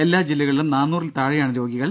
എല്ലാ ജില്ലകളിലും നാനൂറിൽ താഴെയാണ് രോഗികൾ